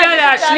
הודעה אחת,